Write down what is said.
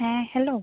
ᱦᱮᱸ ᱦᱮᱞᱳ